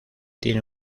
tiene